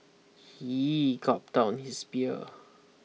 he gulped down his beer